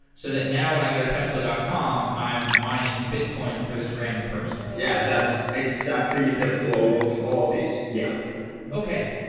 so that now when i go to tesla dot com, i'm mining bitcoin for this random person. yeah, that's exactly the flow of all these. yeah okay.